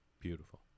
Beautiful